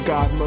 God